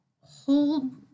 hold